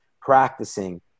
practicing